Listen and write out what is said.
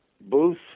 Booth